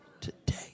today